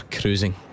cruising